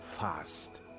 fast